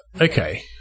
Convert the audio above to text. Okay